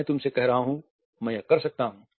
मैं तुमसे कह रहा हूं मैं यह कर सकता हूं